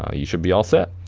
ah you should be all set.